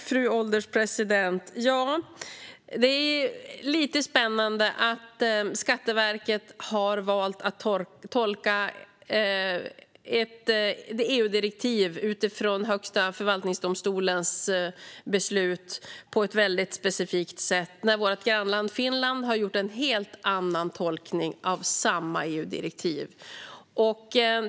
Fru ålderspresident! Ja, det är lite spännande att Skatteverket har valt att tolka detta EU-direktiv utifrån Högsta förvaltningsdomstolens beslut på ett väldigt specifikt sätt när vårt grannland Finland har gjort en helt annan tolkning av samma EU-direktiv.